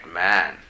man